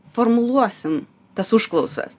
formuluosim tas užklausas